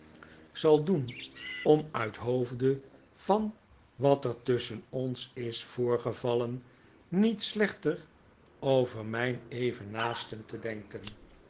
zal doen om uit hoofde van wat er tusschen ons is voorgevallen niet slechter over mijn evennaasten te denken